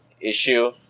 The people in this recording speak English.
issue